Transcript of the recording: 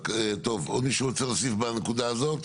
טוב, עוד מישהו רוצה להוסיף בנקודה הזאת?